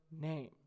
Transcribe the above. name